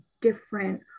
different